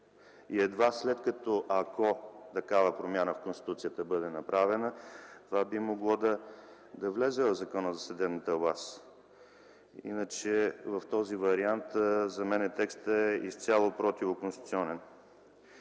Едва след като, ако, такава промяна в Конституцията бъде направена, това би могло да влезе в Закона за съдебната власт. Иначе в този вариант за мен текстът е изцяло противоконституционен.